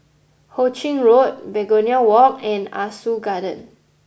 Ho Ching Road Begonia Walk and Ah Soo Garden